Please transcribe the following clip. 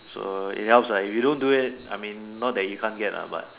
so it helps lah if you don't do it I mean not that you can't get lah but